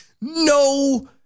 no